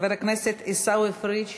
חבר הכנסת עיסאווי פריג'